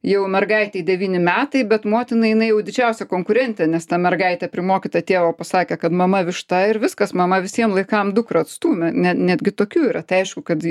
jau mergaitei devyni metai bet motinai jinai jau didžiausia konkurentė nes ta mergaitė primokyta tėvo pasakė kad mama višta ir viskas mama visiem laikam dukrą atstūmė ne netgi tokių yra tai aišku kad